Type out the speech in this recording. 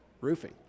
roofing